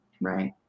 right